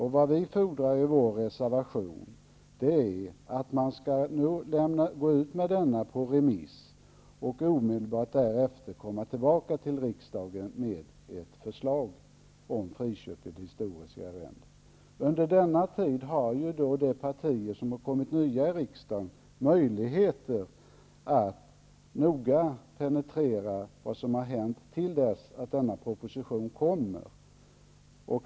Vad vi fordrar i vår reservation är att man skall skicka delbetänkandet ut på remiss och omedelbart därefter komma tillbaka till riksdagen med ett förslag om friköp av historiska arrenden. Under den tiden har ju de partier som är nya i riksdagen möjlighet att noga penetrera vad som har hänt tills propositionen kommer.